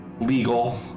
legal